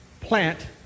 plant